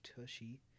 tushy